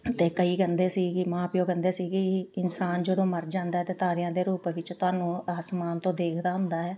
ਅਤੇ ਕਈ ਕਹਿੰਦੇ ਸੀ ਕਿ ਮਾਂ ਪਿਓ ਕਹਿੰਦੇ ਸੀਗੇ ਹੀ ਇਨਸਾਨ ਜਦੋਂ ਮਰ ਜਾਂਦਾ ਤਾਂ ਤਾਰਿਆਂ ਦੇ ਰੂਪ ਵਿੱਚ ਤੁਹਾਨੂੰ ਆਸਮਾਨ ਤੋਂ ਦੇਖਦਾ ਹੁੰਦਾ ਹੈ